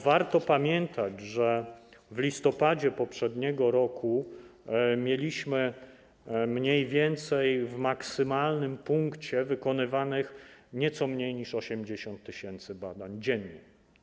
Warto pamiętać, że w listopadzie poprzedniego roku mieliśmy w maksymalnym punkcie wykonywanych nieco mniej niż 80 tys. badań dziennie.